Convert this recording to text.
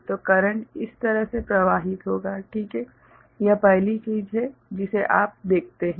तो करंट इस तरह से प्रवाहित होगा ठीक है यह पहली चीज है जिसे आप देखते हैं